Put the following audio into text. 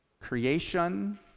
creation